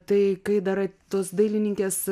tai kai dar tos dailininkės